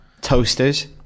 Toasters